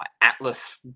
Atlas